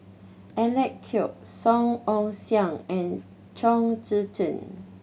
Alec Kuok Song Ong Siang and Chong Tze Chien